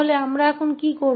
तो अब हम क्या करेंगे